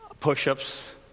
push-ups